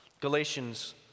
Galatians